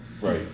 Right